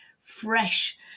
fresh